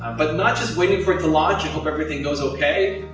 but, not just waiting for it to launch, and hope everything goes okay.